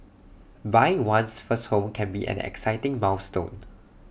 buying one's first home can be an exciting milestone